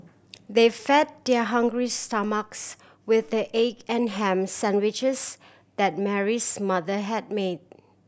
they fed their hungry stomachs with the egg and ham sandwiches that Mary's mother had made